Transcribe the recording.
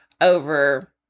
over